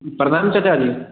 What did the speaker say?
प्रणाम चचाजी